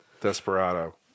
desperado